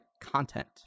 content